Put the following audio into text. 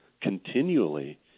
continually